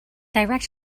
direct